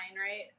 right